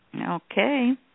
Okay